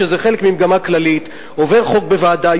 שזה חלק ממגמה כללית: עובר חוק בוועדה,